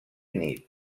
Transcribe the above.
nit